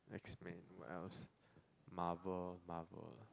X-Man what else Marvel Marvel